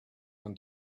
when